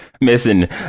missing